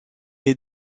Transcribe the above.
est